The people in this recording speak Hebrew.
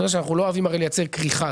אתה יודע שאנחנו הרי לא אוהבים לייצר כריכה.